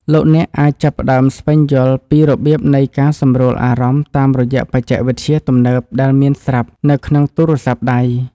លោកអ្នកអាចចាប់ផ្តើមស្វែងយល់ពីរបៀបនៃការសម្រួលអារម្មណ៍តាមរយៈបច្ចេកវិទ្យាទំនើបដែលមានស្រាប់នៅក្នុងទូរសព្ទដៃ។